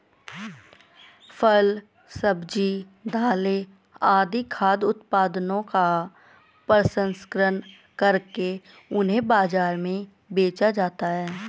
फल, सब्जी, दालें आदि खाद्य उत्पादनों का प्रसंस्करण करके उन्हें बाजार में बेचा जाता है